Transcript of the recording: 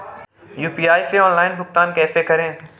UPI से online भुगतान कैसे करें?